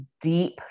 deep